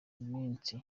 umunsi